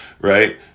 right